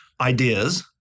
ideas